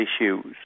issues